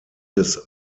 des